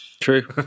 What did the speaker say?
True